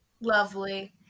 Lovely